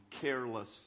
careless